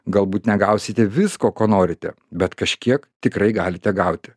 galbūt negausite visko ko norite bet kažkiek tikrai galite gauti